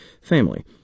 FAMILY